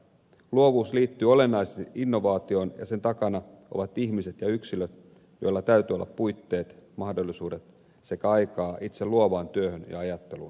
luovuus liittyy olennaisesti innovaatioon ja sen takana ovat ihmiset ja yksilöt joilla täytyy olla puitteet mahdollisuudet sekä aikaa itse luovaan työhön ja ajatteluun